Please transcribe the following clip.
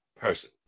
person